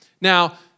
Now